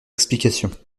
explications